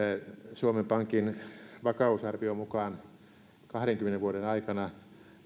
suomen pankin vakausarvion mukaan kahdenkymmenen vuoden aikana